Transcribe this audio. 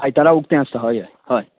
आयतारा उकतें आसा हय हय